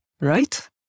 Right